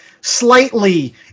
slightly